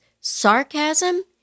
Sarcasm